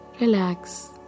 relax